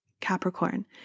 Capricorn